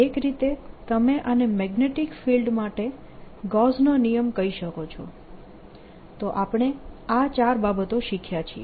એક રીતે તમે આને મેગ્નેટીક ફિલ્ડ માટે ગૌસનો નિયમ કહી શકો છો તો આપણે આ ચાર બાબતો શીખ્યા છીએ